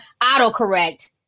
autocorrect